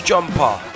Jumper